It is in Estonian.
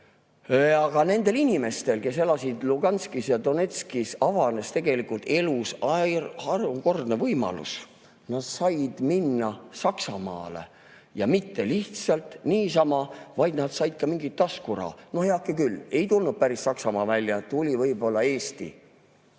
Aga nendele inimestele, kes elasid Luhanskis ja Donetskis, avanes tegelikult elus harukordne võimalus. Nad said minna Saksamaale, ja mitte lihtsalt niisama, vaid nad said ka mingi taskuraha. No heake küll, ei tulnud päris Saksamaa välja, tuli võib-olla Eesti.